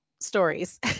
stories